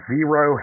Zero